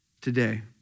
today